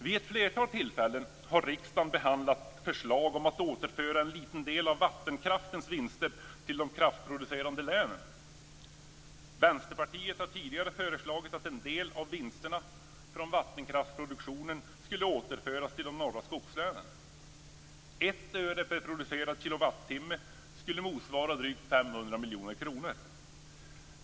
Vid ett flertal tillfällen har riksdagen behandlat förslag om att återföra en liten del av vattenkraftens vinster till de kraftproducerande länen. Vänsterpartiet har tidigare föreslagit att en del av vinsterna från vattenkraftsproduktionen skall återföras till de norra skogslänen. 1 öre per producerad kilowattimme skulle motsvara drygt 500 miljoner kronor.